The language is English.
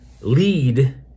lead